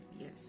yes